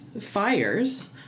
fires